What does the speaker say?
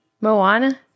Moana